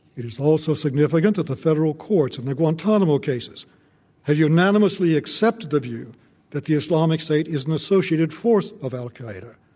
it is also significant that the federal courts in and the guantanamo cases have unanimously accepted the view that the islamic state is an asso ciated force of al-qaeda,